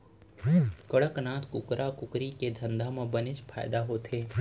कड़कनाथ कुकरा कुकरी के धंधा म बनेच फायदा होथे